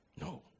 No